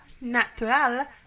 natural